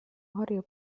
harju